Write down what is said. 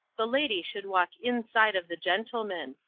the lady should walk inside of the gentleman.